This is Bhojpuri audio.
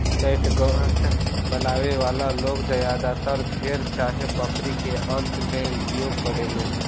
कैटगट बनावे वाला लोग ज्यादातर भेड़ चाहे बकरी के आंत के उपयोग करेले